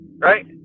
right